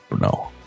No